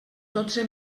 dotze